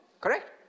Correct